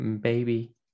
baby